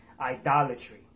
Idolatry